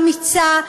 אמיצה,